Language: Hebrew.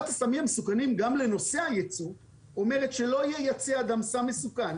פקודת הסמים המסוכנים גם לנושא הייצוא אומרת "לא ייצא אדם סם מסוכן,